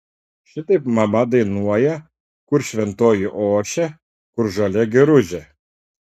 šitaip mama dainuoja kur šventoji ošia kur žalia giružė